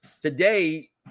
today